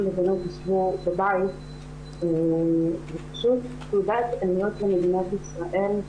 ובנות יישבו בבית זה פשוט תעודת עניות למדינת ישראל.